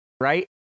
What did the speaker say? right